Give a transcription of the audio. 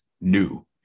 new